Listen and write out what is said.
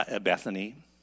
Bethany